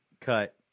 cut